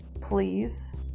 please